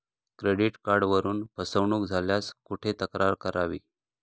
Credit कार्डवरून फसवणूक झाल्यास कुठे तक्रार करावी?